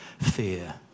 fear